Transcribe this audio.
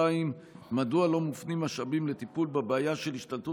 2. מדוע לא מופנים משאבים לטיפול בבעיה של השתלטות